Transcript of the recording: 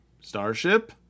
Starship